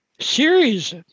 series